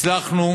הצלחנו